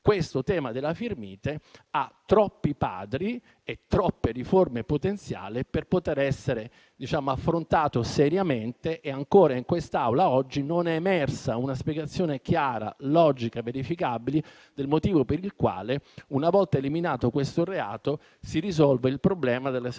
Il tema della "firmite" ha troppi padri e troppo potenziale di riforme per poter essere affrontato seriamente; e ancora in quest'Aula oggi non è emersa una spiegazione chiara, logica e verificabile del motivo per il quale, una volta eliminato questo reato, si risolva il problema della selezione